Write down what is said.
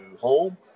home